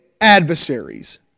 adversaries